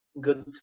good